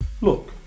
Look